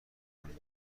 کنید